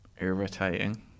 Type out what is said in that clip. irritating